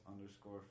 underscore